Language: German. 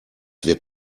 wird